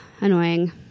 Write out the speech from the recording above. annoying